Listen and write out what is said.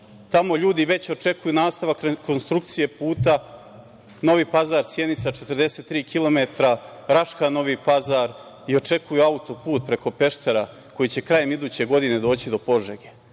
Tamo ljudi već očekuju nastavak konstrukcije puta Novi Pazar-Sjenica, 43 kilometra Raška-Novi Pazar i očekuju auto-put preko Peštera koji će krajem iduće godine doći do Požege.